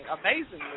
amazingly